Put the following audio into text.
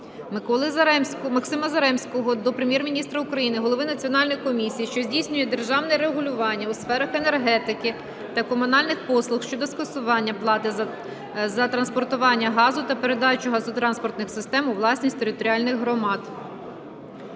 Максима Заремського до Прем'єр-міністра України, голови Національної комісії, що здійснює державне регулювання у сферах енергетики та комунальних послуг щодо скасування плати за транспортування газу та передачу газотранспортних систем у власність територіальних громад.